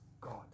God